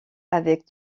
avec